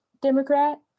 Democrat